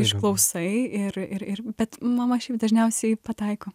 išklausai ir ir ir bet mama šiaip dažniausiai pataiko